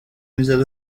میزد